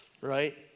right